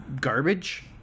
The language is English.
garbage